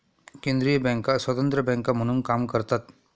केंद्रीय बँका स्वतंत्र बँका म्हणून काम करतात